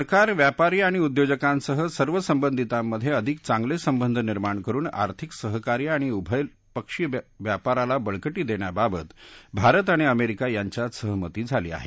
सरकार व्यापारी आणि उद्योजकांसह सर्व सबंधितांमधे अधिक चांगले संबंध निर्माण करुन आर्थिक सहकार्य आणि उभयपक्षी व्यापाराला बळकटी देण्याबाबत भारत आणि अमेरिका यांच्यात सहमती झाली आहे